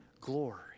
glory